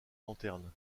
lanternes